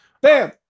bam